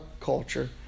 culture